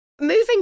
Moving